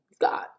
God